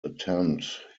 attend